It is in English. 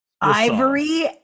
ivory